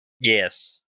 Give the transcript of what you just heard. Yes